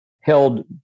held